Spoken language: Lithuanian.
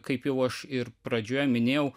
kaip jau aš ir pradžioje minėjau